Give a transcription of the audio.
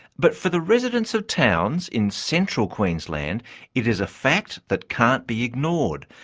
but for the residents of towns in central queensland it is a fact that can't be ignored.